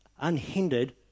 unhindered